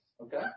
Okay